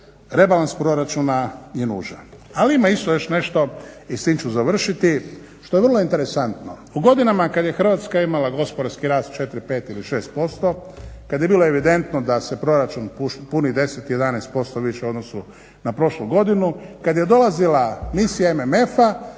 rebalans proračuna je nužan. Ali ima još nešto i s tim ću završiti što je vrlo interesantno. U godinama kada je Hrvatska imala gospodarski rast 4, 5 ili 6% kada je bilo evidentno da se proračun puni 10, 11% više u odnosu na prošlu godinu kada je dolazila misija MMF-a